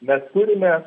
mes turime